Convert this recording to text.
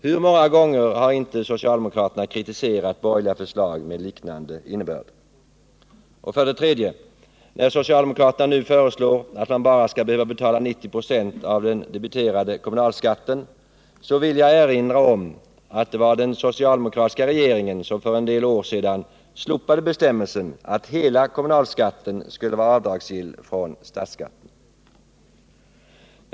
Hur många gånger har inte socialdemokraterna kritiserat borgerliga förslag med liknande innebörd? För det tredje: När socialdemokraterna nu föreslår att man bara skall behöva betala 90 96 av den debiterade kommunalskatten, så vill jag erinra om att det var den socialdemokratiska regeringen som för en del år sedan slopade bestämmelsen att hela kommunalskatten skulle vara avdragsgill från statsskatten.